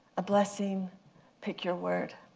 a blessing pick your word.